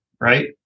Right